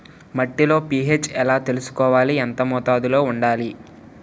మట్టిలో పీ.హెచ్ ఎలా తెలుసుకోవాలి? ఎంత మోతాదులో వుండాలి?